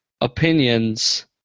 opinions